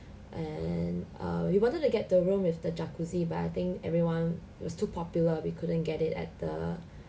and err we wanted to get the room with the jacuzzi but I think everyone it was too popular we couldn't get it at the